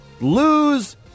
lose